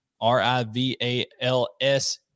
r-i-v-a-l-s